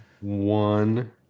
one